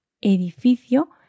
edificio